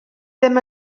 ddim